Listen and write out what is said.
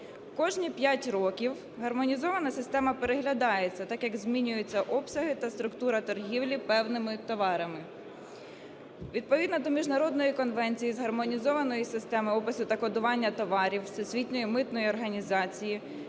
Кожні 5 років Гармонізована система переглядається, так як змінюються обсяги та структура торгівлі певними товарами. Відповідно до міжнародної конвенції з гармонізованої системи опису та кодування товарів Всесвітньої митної організації